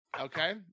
Okay